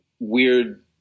weird